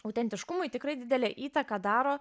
autentiškumui tikrai didelę įtaką daro